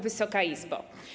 Wysoka Izbo!